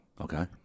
Okay